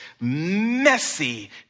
messy